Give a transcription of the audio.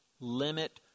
limit